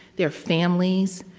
their families,